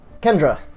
Kendra